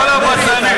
כל הבטלנים.